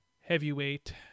Heavyweight